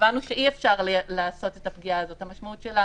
הבנו שאי-אפשר לעשות את הפגיעה הזאת, המשמעות שלה